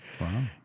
Wow